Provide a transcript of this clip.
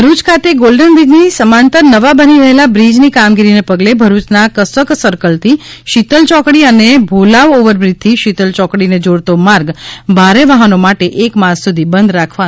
ભરૂચ ખાતે ગોલ્ડન બ્રિજની સમાંતર નવા બની રહેલા બ્રિજની કામગીરીને પગલે ભરૂચના કસક સર્કલથી શિતલ ચોકડી અને ભોલાવ ઓવરબ્રિજથી શીતલ ચોકડીને જોડતો માર્ગ ભારે વાહનો માટે એક માસ સુધી બંધ રાખવાનો નિર્ણય લેવામાં આવ્યો છે